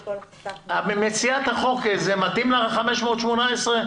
מציעת החוק, מתאים לך שייאמר 518?